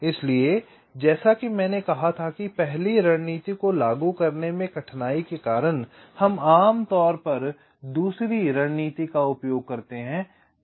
इसलिए जैसा कि मैंने कहा था कि पहली रणनीति को लागू करने में कठिनाई के कारण हम आम तौर पर दूसरी रणनीति का उपयोग करते हैं